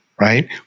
right